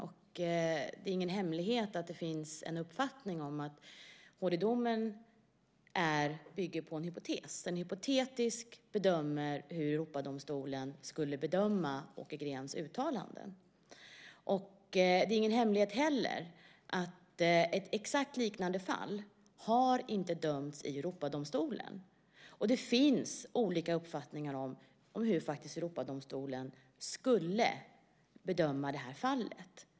Och det är ingen hemlighet att det finns en uppfattning om att HD-domen bygger på en hypotes och att man hypotetiskt bedömer hur Europadomstolen skulle bedöma Åke Greens uttalanden. Det är heller ingen hemlighet att ett exakt likadant fall inte har avdömts i Europadomstolen. Det finns olika uppfattningar om hur Europadomstolen skulle bedöma det här fallet.